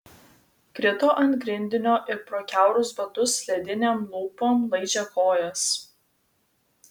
krito ant grindinio ir pro kiaurus batus ledinėm lūpom laižė kojas